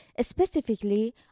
specifically